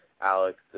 Alex